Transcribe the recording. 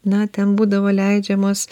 na ten būdavo leidžiamos